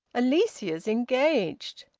alicia's engaged.